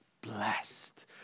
blessed